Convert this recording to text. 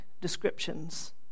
descriptions